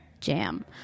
jam